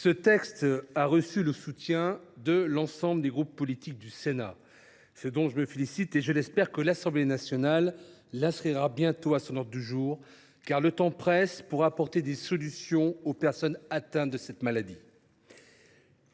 Ce texte a reçu le soutien de l’ensemble des groupes politiques du Sénat. Je m’en félicite, et j’espère que l’Assemblée nationale l’inscrira bientôt à son ordre du jour, car le temps presse pour apporter des solutions aux personnes atteintes de cette maladie.